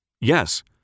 Yes